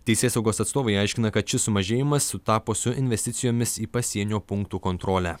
teisėsaugos atstovai aiškina kad šis sumažėjimas sutapo su investicijomis į pasienio punktų kontrolę